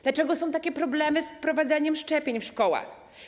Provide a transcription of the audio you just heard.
Dlaczego są takie problemy z wprowadzaniem szczepień w szkołach?